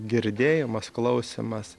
girdėjimas klausymas